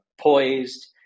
poised